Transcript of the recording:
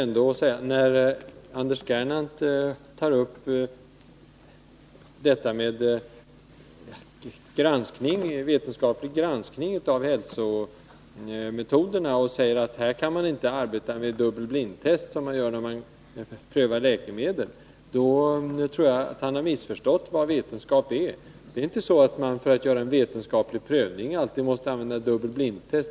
När Anders Gernandt tar upp frågan om vetenskaplig granskning av hälsometoderna och säger att man där inte kan arbeta med dubbel blindtest som när man prövar läkemedel, tror jag att han har missförstått vad vetenskap är. Det är inte så att man för att göra en vetenskaplig prövning alltid måste använda dubbel blindtest.